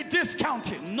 discounted